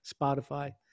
Spotify